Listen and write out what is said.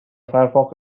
firefox